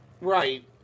Right